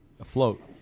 afloat